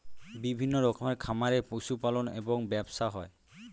বিভিন্ন রকমের খামারে পশু পালন এবং ব্যবসা করা হয়